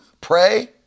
pray